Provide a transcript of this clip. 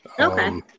Okay